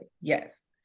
yes